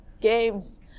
games